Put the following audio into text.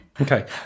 Okay